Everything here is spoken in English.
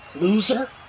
Loser